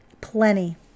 plenty